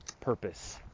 purpose